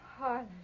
Harlan